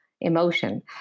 emotion